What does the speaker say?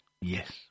Yes